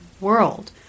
world